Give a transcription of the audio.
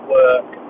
work